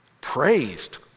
praised